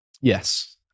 Yes